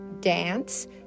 dance